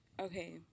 okay